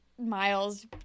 Miles